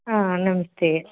ಹಾಂ ನಮಸ್ತೆ